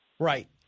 Right